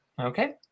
Okay